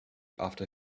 after